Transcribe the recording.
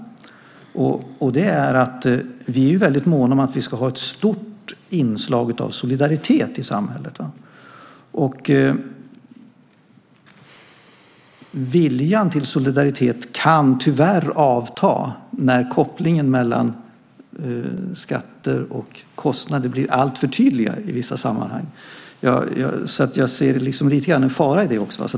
Vi är väldigt måna om att vi ska ha ett stort inslag av solidaritet i samhället, och viljan till solidaritet kan tyvärr avta när kopplingen mellan skatter och kostnader blir alltför tydlig i vissa sammanhang. Jag ser lite grann en fara i det.